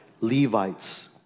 Levites